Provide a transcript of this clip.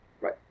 Right